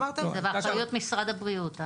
זה באחריות משרד הבריאות.